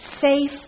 safe